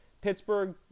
Pittsburgh